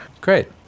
Great